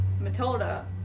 Matilda